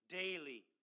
daily